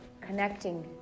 connecting